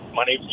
money